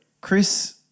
Chris